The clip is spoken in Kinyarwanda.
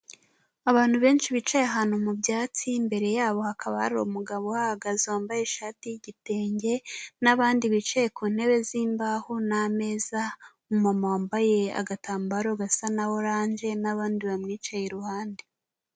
Abantu benshi bicaye ahantu mu byatsi, imbere yabo hakaba hari umugabo uhagaze wambaye ishati y'igitenge n'abandi bicaye ku ntebe z'imbaho n'ameza, umumama wambaye agatambaro gasa na oranje n'abandi bamwicaye iruhande.